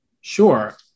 Sure